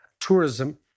tourism